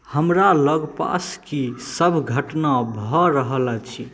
हमरा लगपास कीसभ घटना भऽ रहल अछि